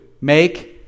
make